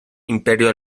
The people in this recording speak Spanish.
imperio